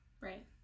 Right